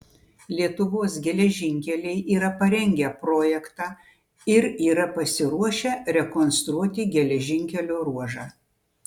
lietuvos geležinkeliai yra parengę projektą ir yra pasiruošę rekonstruoti geležinkelio ruožą